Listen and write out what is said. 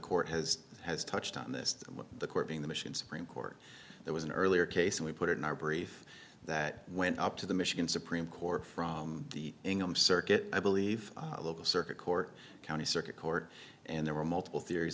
court has has touched on this when the court being the machine supreme court there was an earlier case and we put it in our brief that went up to the michigan supreme court from the ingham circuit i believe a local circuit court county circuit court and there were multiple theories